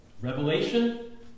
Revelation